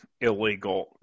illegal